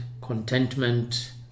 contentment